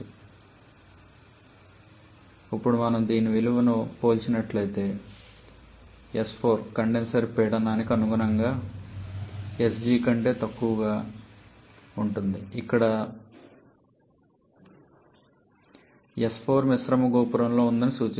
మరియు ఇప్పుడు మనం దీని విలువలను పోల్చినట్లయితే s4 కండెన్సర్ పీడనానికి సంబంధించిన sf కంటే ఎక్కువగా ఉంటుంది అయితే కండెన్సర్ పీడనానికి అనుగుణంగా sg కంటే తక్కువగా ఉంటుంది ఇది ఈ s4 మిశ్రమ గోపురంలో ఉందని సూచిస్తుంది